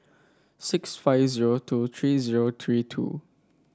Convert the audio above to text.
six five zero two three zero three two